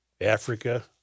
Africa